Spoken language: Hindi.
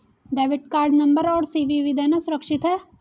डेबिट कार्ड नंबर और सी.वी.वी देना सुरक्षित है?